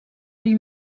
ell